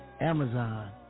Amazon